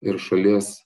ir šalies